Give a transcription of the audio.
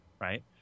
right